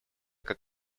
как